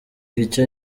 icyo